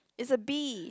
is a B